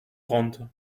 trente